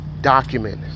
Document